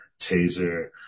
Taser